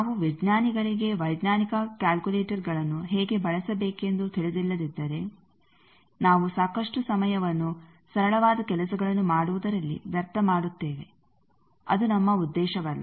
ನಾವು ವಿಜ್ಞಾನಿಗಳಿಗೆ ವೈಜ್ಞಾನಿಕ ಕಾಲ್ಕುಲೇಟರ್ಗಳನ್ನು ಹೇಗೆ ಬಳಸಬೇಕೆಂದು ತಿಳಿದಿಲ್ಲದಿದ್ದರೆ ನಾವು ಸಾಕಷ್ಟು ಸಮಯವನ್ನು ಸರಳವಾದ ಕೆಲಸಗಳನ್ನು ಮಾಡುವುದರಲ್ಲಿ ವ್ಯರ್ಥ ಮಾಡುತ್ತೇವೆ ಅದು ನಮ್ಮ ಉದ್ದೇಶವಲ್ಲ